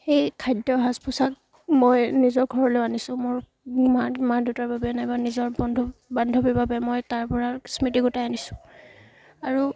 সেই খাদ্য সাজ পোছাক মই নিজৰ ঘৰলৈ আনিছোঁ মোৰ মা মা দেউতাৰ বাবে নাইবা নিজৰ বন্ধু বান্ধৱীৰ বাবে মই তাৰ পৰা স্মৃতি গোটাই আনিছোঁ আৰু